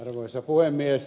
arvoisa puhemies